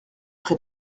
près